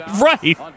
Right